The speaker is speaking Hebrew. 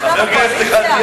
מטעם הקואליציה?